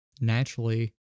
naturally